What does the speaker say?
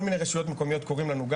כל מיני רשויות מקומיות קוראים לנו,